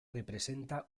representa